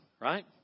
right